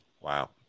Wow